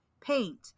paint